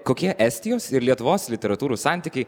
kokie estijos ir lietuvos literatūrų santykiai